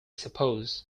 suppose